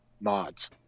mods